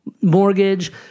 mortgage